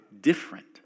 different